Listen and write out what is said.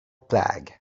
plague